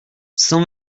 cent